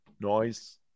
Noise